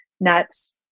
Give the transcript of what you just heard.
nuts